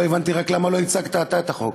לא הבנתי רק למה לא הצגת אתה את החוק.